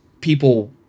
People